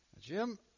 Jim